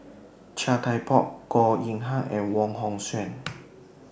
Chia Thye Poh Goh Yihan and Wong Hong Suen